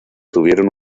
tuvieron